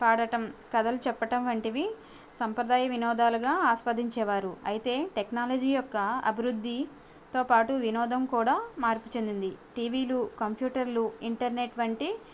పాడటం కథలు చెప్పటం వంటివి సాంప్రదాయ వినోదాలుగా ఆస్వాదించేవారు అయితే టెక్నాలజీ యొక్క అభివృద్ధితో పాటు వినోదం కూడా మార్పు చెందింది టీవీలు కంప్యూటర్లు ఇంటర్నెట్ వంటి